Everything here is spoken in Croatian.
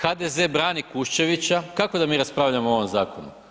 HZD brani Kuščevića, kako da mi raspravljamo ovom zakonu?